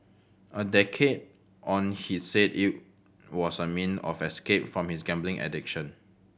a decade on he said it was a mean of escape from his gambling addiction